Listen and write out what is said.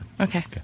Okay